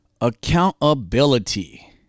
Accountability